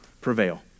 prevail